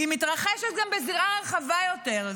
היא מתרחשת גם בזירה רחבה יותר,